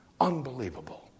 Unbelievable